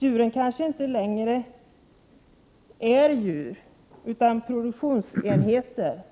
Djur betraktas kanske inte längre som djur, utan som produktionsenheter.